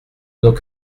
nos